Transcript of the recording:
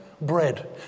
bread